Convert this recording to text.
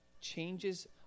changes